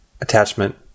attachment